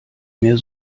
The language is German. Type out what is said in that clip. mehr